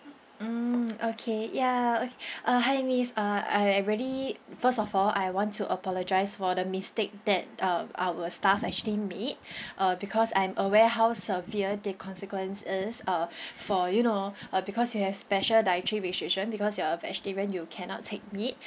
mm okay ya okay uh hi miss uh I I really first of all I want to apologise for the mistake that um our staff actually made uh because I'm aware how severe the consequence is uh for you know uh because you have special dietary restriction because you're a vegetarian you cannot take meat